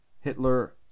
Hitler